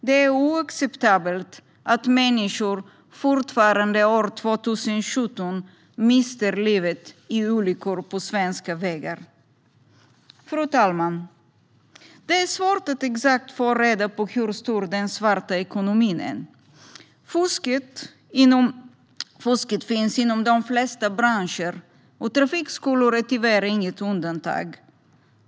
Det är oacceptabelt att människor fortfarande, år 2017, mister sina liv i olyckor på svenska vägar. Fru talman! Det är svårt att få reda på exakt hur stor den svarta ekonomin är. Fusk finns inom de flesta branscher, och trafikskolor är tyvärr inget undantag.